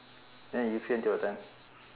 then you free until what time